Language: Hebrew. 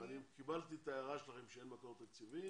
אני קיבלתי את ההערה שלכם שאין מקור תקציבי.